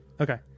okay